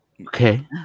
Okay